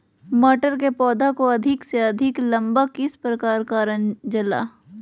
मटर के पौधा को अधिक से अधिक लंबा किस प्रकार कारण जाला?